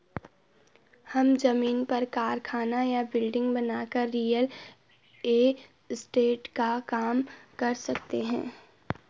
हम जमीन पर कारखाना या बिल्डिंग बनाकर रियल एस्टेट का काम कर सकते है